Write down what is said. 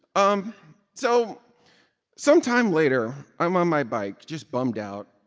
um so sometime later, i'm on my bike, just bummed out.